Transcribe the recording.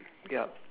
yup